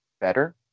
better